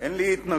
אין לי התנגדות,